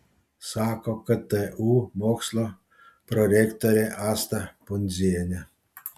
sako ktu mokslo prorektorė asta pundzienė